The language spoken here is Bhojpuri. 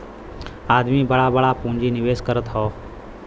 आदमी बड़ा बड़ा पुँजी निवेस करत हौ